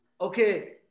okay